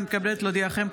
אני מתכבדת להודיעכם,